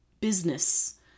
business